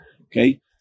okay